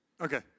Okay